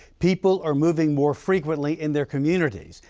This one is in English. people are moving more frequently in their communities,